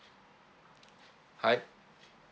hi